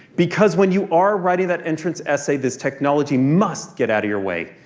because when you are writing that entrance essay, this technology must get out of your way.